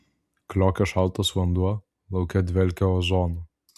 kliokė šaltas vanduo lauke dvelkė ozonu